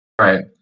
Right